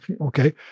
okay